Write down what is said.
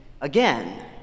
again